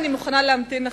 אני מוכנה להמתין לך,